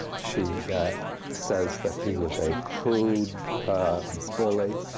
she says that he was a crude bully.